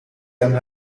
yang